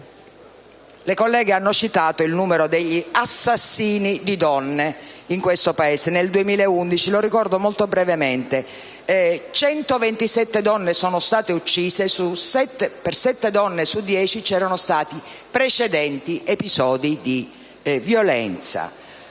Le colleghe hanno citato il numero degli assassini di donne in questo Paese. Ricordo molto brevemente: nel 2011 sono state uccise 127 donne e, per 7 donne su 10, c'erano stati precedenti episodi di violenza